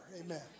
Amen